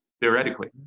theoretically